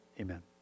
amen